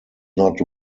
not